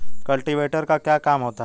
Cultivator का क्या काम होता है?